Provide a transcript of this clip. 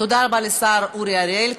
תודה רבה לשר אורי אריאל.